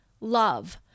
love